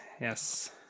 Yes